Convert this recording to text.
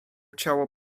ciało